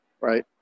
right